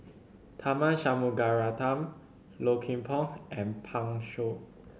Tharman Shanmugaratnam Low Kim Pong and Pan Shou